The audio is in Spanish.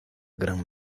gran